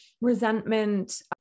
resentment